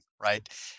right